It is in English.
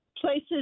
places